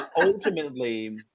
ultimately